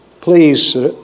Please